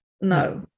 No